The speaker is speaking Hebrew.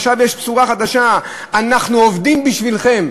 עכשיו יש בשורה חדשה: אנחנו עובדים בשבילכם.